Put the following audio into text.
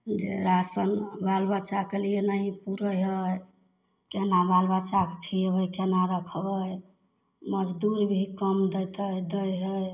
ई जे राशन बालबच्चाके लिए नहि जुटै हइ केना बालबच्चाके खियेबै केना रखबै मजदूरी कम देतै दै हइ